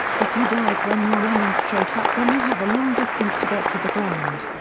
if you dive when you're running straight up then you have a long distance to get to the ground.